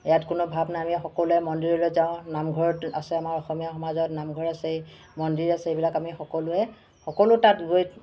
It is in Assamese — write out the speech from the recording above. ইয়াত কোনো ভাব নাই আমি সকলোৱে মন্দিৰলৈ যাওঁ নামঘৰত আছে আমাৰ অসমীয়া সমাজত নামঘৰ আছে মন্দিৰ আছে এইবিলাক আমি সকলোৱে সকলো তাত গৈ